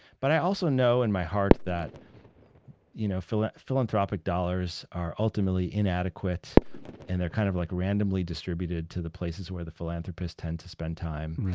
but i also know in my heart that you know like philanthropic dollars are ultimately inadequate and they're kind of like randomly distributed to the places where the philanthropists tend to spend time.